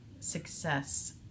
Success